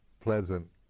pleasant